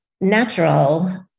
natural